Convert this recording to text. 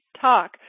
talk